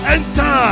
Enter